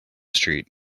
street